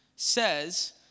says